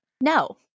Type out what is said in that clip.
No